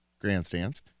grandstands